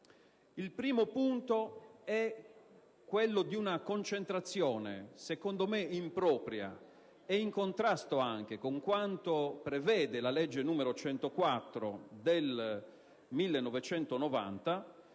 Il primo è quello di una concentrazione, secondo me impropria e in contrasto anche con quanto prevede la legge n. 104 del 1990,